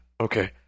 okay